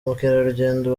mukerarugendo